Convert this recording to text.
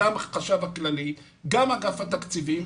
גם החשב הכללי וגם אגף התקציבים.